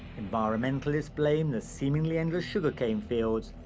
environmentalists blame the seemingly endless sugar cane fields,